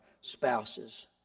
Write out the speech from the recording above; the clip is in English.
spouses